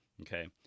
Okay